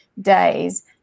days